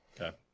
Okay